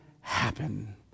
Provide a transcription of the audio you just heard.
happen